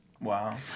Wow